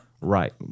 right